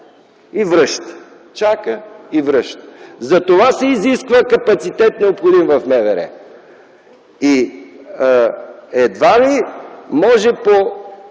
и връща. Чака и връща! Затова се изисква капацитет, необходим в МВР. Едва ли може по